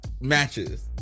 matches